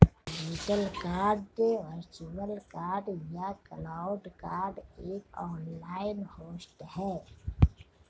एक digital card virtual card या cloud card एक ऑनलाइन होस्ट है